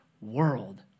world